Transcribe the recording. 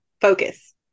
focus